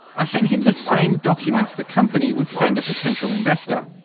i send him the same documents the company would send a potential investor.